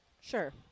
Sure